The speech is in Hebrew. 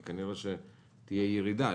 כי כנראה תהיה ירידה,